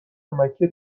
مکه